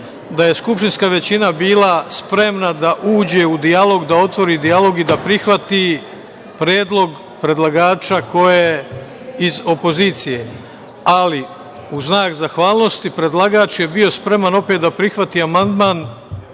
da je skupštinska većina bila spremna da uđe u dijalog, da otvori dijalog i da prihvati predlog predlagača ko je iz opozicije. Ali, u znak zahvalnosti predlagač je bio spreman opet da prihvati amandman